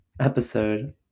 episode